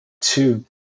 two